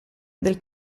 del